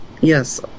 yes